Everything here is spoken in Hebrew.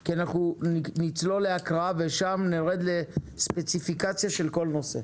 כי אנחנו נצלול להקראה ושם נרד לספציפיקציה של כל נושא.